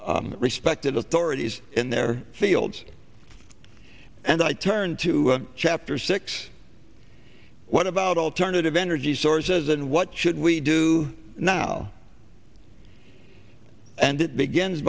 respected authorities in their fields and i turn to chapter six what about alternative energy sources and what should we do now and it begins